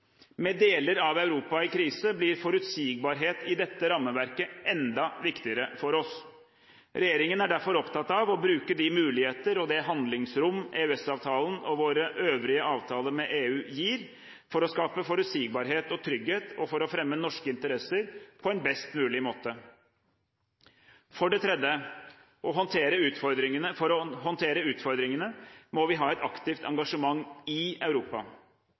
Med deler av Europa i krise blir forutsigbarhet i dette rammeverket enda viktigere for oss. Regjeringen er derfor opptatt av å bruke de muligheter og det handlingsrom EØS-avtalen og våre øvrige avtaler med EU gir for å skape forutsigbarhet og trygghet og for å fremme norske interesser på en best mulig måte. For det tredje: For å håndtere utfordringene må vi ha et aktivt engasjement i Europa.